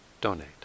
donate